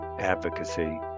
advocacy